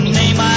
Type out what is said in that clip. name